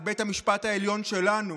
את בית המשפט שלנו,